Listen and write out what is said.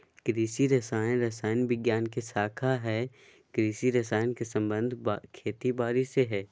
कृषि रसायन रसायन विज्ञान के शाखा हई कृषि रसायन के संबंध खेती बारी से हई